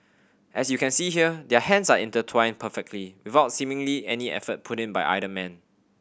as you can see here their hands are intertwined perfectly without seemingly any effort put in by either man